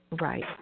Right